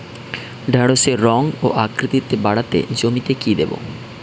ঢেঁড়সের রং ও আকৃতিতে বাড়াতে জমিতে কি দেবো?